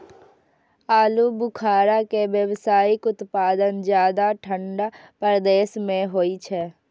आलू बुखारा के व्यावसायिक उत्पादन ज्यादा ठंढा प्रदेश मे होइ छै